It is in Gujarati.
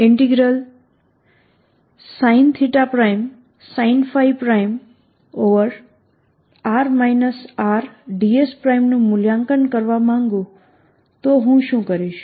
હવે જો હું sin sinϕ| r R | ds નું મૂલ્યાંકન કરવા માંગું તો હું શું કરીશ